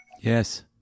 Yes